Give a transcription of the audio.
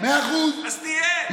אז תהיה.